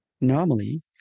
Normally